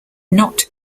not